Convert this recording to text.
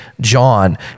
John